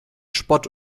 spott